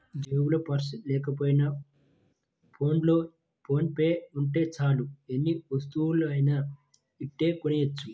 జేబులో పర్సు లేకపోయినా ఫోన్లో ఫోన్ పే ఉంటే చాలు ఎన్ని వస్తువులనైనా ఇట్టే కొనెయ్యొచ్చు